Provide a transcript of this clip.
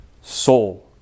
soul